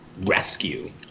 rescue